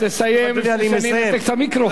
תסיים לפני שאני מנתק את המיקרופון.